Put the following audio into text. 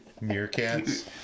meerkats